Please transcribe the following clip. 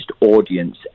audience